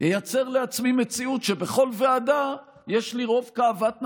אייצר לעצמי מציאות שבכל ועדה יש לי רוב כאוות נפשי,